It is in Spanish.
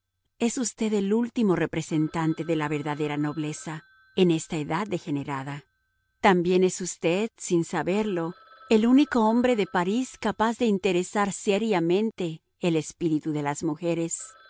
es usted el último representante de la verdadera nobleza en esta edad degenerada también es usted sin saberlo el único hombre de parís capaz de interesar seriamente el espíritu de las mujeres